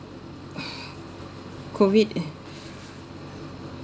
COVID